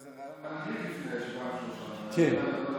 כן.